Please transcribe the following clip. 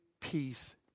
peace